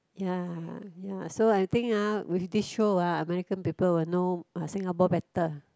ya ya so I think ah with this show ah American people will know ah Singapore better